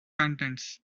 contents